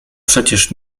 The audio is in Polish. przecież